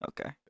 Okay